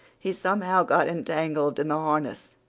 he somehow got entangled in the harness,